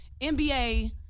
NBA